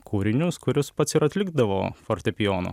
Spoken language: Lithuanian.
kūrinius kuriuos pats ir atlikdavo fortepijonu